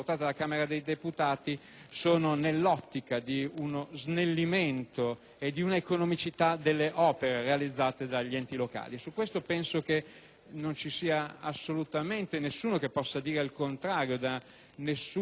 sono nell'ottica di uno snellimento e di un'economicità delle opere realizzate dagli enti locali. Su tale aspetto penso che non ci sia nessuno che possa dire il contrario da qualunque parte di quest'Aula.